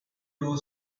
blue